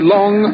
Long